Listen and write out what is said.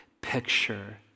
picture